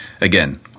again